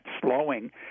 slowing